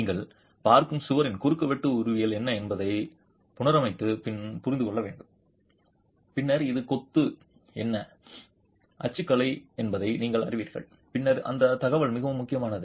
நீங்கள் பார்க்கும் சுவரின் குறுக்கு வெட்டு உருவவியல் என்ன என்பதை புனரமைத்து புரிந்து கொள்ள முடியும் பின்னர் இது கொத்து என்ன அச்சுக்கலை என்பதை நீங்கள் அறிவீர்கள் பின்னர் அந்த தகவல் மிகவும் முக்கியமானது